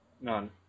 None